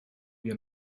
wir